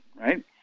right